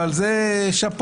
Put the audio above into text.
ועל זה שאפו.